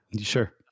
Sure